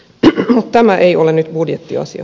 mutta tämä ei ole nyt budjettiasia